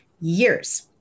years